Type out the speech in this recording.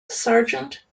sergeant